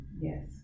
Yes